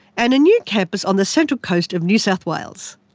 and a new campus on the central coast of new south wales.